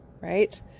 right